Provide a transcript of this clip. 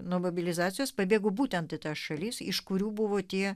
nuo mobilizacijos pabėgo būtent ta šalis iš kurių buvo tie